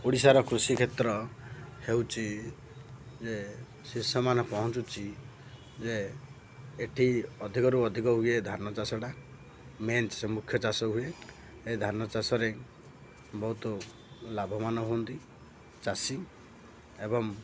ଓଡ଼ିଶାର କୃଷି କ୍ଷେତ୍ର ହେଉଛି ଯେ ଶିଷ୍ୟମାନେ ପହଞ୍ଚୁଛି ଯେ ଏଠି ଅଧିକରୁ ଅଧିକ ହୁଏ ଧାନ ଚାଷଟା ମେନ୍ ସେ ମୁଖ୍ୟ ଚାଷ ହୁଏ ଏ ଧାନ ଚାଷରେ ବହୁତ ଲାଭବାନ ହୁଅନ୍ତି ଚାଷୀ ଏବଂ